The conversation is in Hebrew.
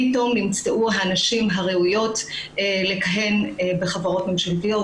פתאום נמצאו הנשים הראויות לכהן בחברות ממשלתיות.